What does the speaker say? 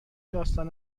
داستان